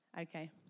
Okay